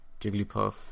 Jigglypuff